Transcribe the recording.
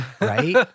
Right